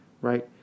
Right